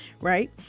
Right